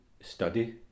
study